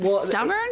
stubborn